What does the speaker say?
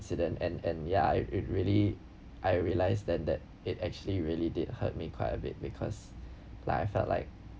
~cident and and ya it it really I realise that that it actually really did hurt me quite a bit because like I felt like